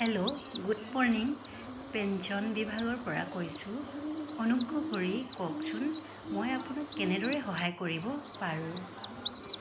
hello good morning pension বিভাগৰ পৰা কৈছোঁ অনুগ্ৰহ কৰি কওকচোন মই আপোনাক কেনেদৰে সহায় কৰিব পাৰো